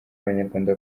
abanyarwanda